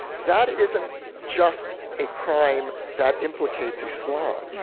that isn't just a crime that implicates islam,